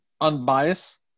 unbiased